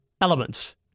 Elements